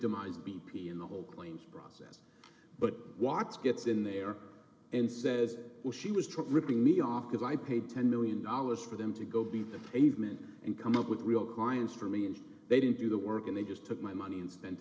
victimize b p and the whole point process but watts gets in there and says oh she was struck ripping me off because i paid ten million dollars for them to go beat the pavement and come up with real clients for me and they didn't do the work and they just took my money and spend